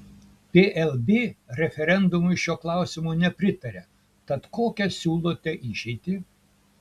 plb referendumui šiuo klausimu nepritarė tad kokią siūlote išeitį